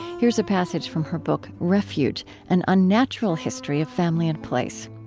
here's a passage from her book refuge an unnatural history of family and place.